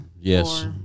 Yes